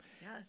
Yes